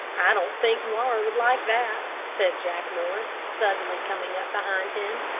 i don't think laura would like that, said jack morris, suddenly coming up behind him.